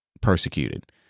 persecuted